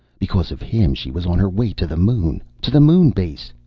because of him she was on her way to the moon, to the moon base.